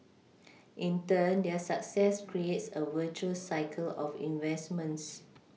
in turn their success creates a virtuous cycle of investments